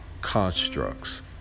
constructs